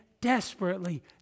desperately